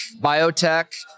biotech